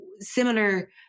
similar